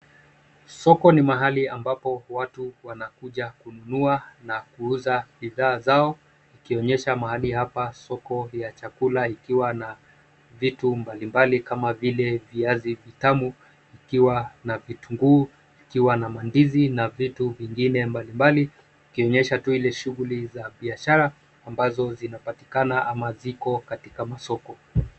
Soko ni mahali ambapo watu wanakuja kununua na kuuza bidhaa zao, ikionyesha mahali hapa soko ya chakula ikiwa na vitu mbali mbali kama vile: viazi vitamu, ikiwa na vitunguu, ikiwa na mandizi na vitu vingine mbali mbali, ikionyesha tu ile shughuli za biashara ambazo zinapatikana ama ziko katika masoko.